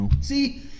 See